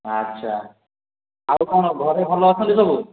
ଆଚ୍ଛା ଆଉ କ'ଣ ଘରେ ଭଲ ଅଛନ୍ତି ସବୁ